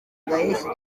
gaheshyi